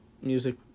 music